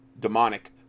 demonic